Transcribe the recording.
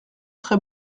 très